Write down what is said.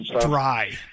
dry